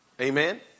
Amen